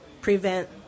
prevent